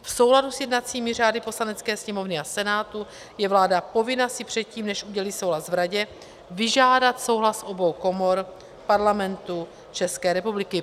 V souladu s jednacími řády Poslanecké sněmovny a Senátu je vláda povinna si předtím, než udělí souhlas v Radě, vyžádat souhlas obou komor Parlamentu České republiky.